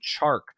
Chark